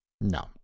no